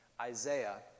Isaiah